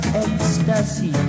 ecstasy